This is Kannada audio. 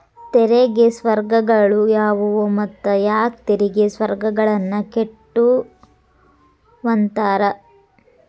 ತೆರಿಗೆ ಸ್ವರ್ಗಗಳು ಯಾವುವು ಮತ್ತ ಯಾಕ್ ತೆರಿಗೆ ಸ್ವರ್ಗಗಳನ್ನ ಕೆಟ್ಟುವಂತಾರ